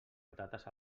patates